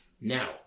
Now